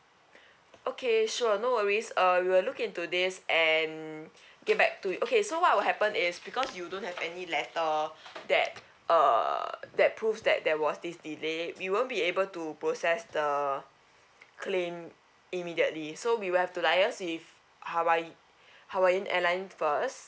okay sure no worries uh we will look into this and get back to you okay so what will happen is because you don't have any letter that uh that proves that there was this delay we won't be able to process the claim immediately so we will have to liaise with hawaii hawaiian airlines first